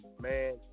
man